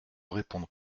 répondre